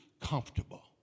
comfortable